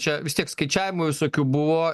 čia vis tiek skaičiavimų visokių buvo